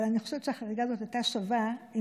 אבל אני חושבת שהחריגה הזאת הייתה שווה אם